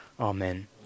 Amen